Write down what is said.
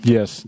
Yes